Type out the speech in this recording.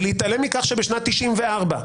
ולהתעלם מכך שבשנת 1994,